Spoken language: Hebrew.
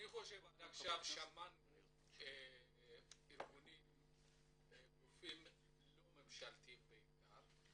עד עכשיו שמענו מארגונים וגופים לא ממשלתיים בעיקר,